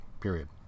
period